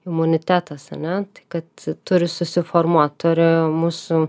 imunitetas ar ne tai kad turi susiformuot turi mūsų